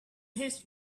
his